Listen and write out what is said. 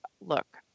Look